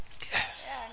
yes